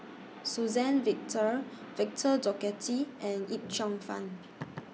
Suzann Victor Victor Doggett and Yip Cheong Fun